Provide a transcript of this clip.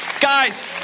Guys